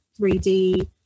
3D